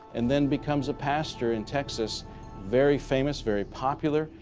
and then becomes a pastor in texas very famous, very popular.